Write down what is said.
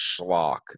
schlock